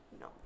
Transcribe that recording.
No